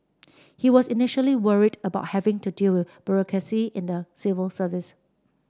he was initially worried about having to deal with bureaucracy in the civil service